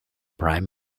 prime